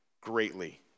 greatly